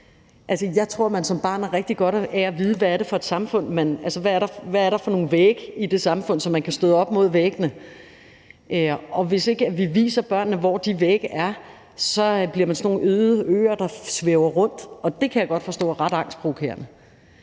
jeg tror, man som barn har rigtig godt af at vide, hvad der er for nogle vægge i det samfund, så man kan støde op imod væggene. Og hvis ikke vi viser børnene, hvor de vægge er, bliver man sådan nogle øde øer, der flyder rundt, og det kan jeg godt forstå er ret angstprovokerende.